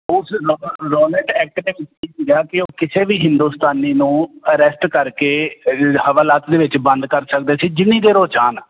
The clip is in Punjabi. ਉਸ ਰੋਲਟ ਐਕਟ ਕਿ ਉਹ ਕਿਸੇ ਵੀ ਹਿੰਦੁਸਤਾਨੀ ਨੂੰ ਅਰੈਸਟ ਕਰਕੇ ਹਵਾਲਾਤ ਦੇ ਵਿੱਚ ਬੰਦ ਕਰ ਸਕਦੇ ਸੀ ਜਿੰਨੀ ਦੇਰ ਉਹ ਚਾਹੁਣ